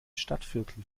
stadtvierteln